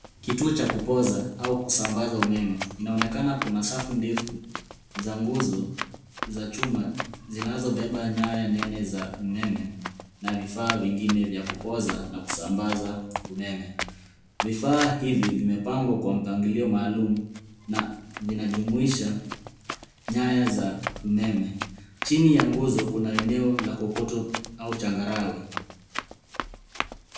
Kituo cha kupoza au kusambaza umeme, inaonekana kuna safu ndefu za nguzo za chuma zinazobeba nyaya nene za umeme na vifaa vingine vya kupoza na kusambaza umeme. Vifaa hivi vimepangwa kwa mpangilio maalum na vinajumuisha nyaya za umeme. Chini ya nguzo, kuna eneo la kokoto au changarawe.